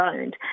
owned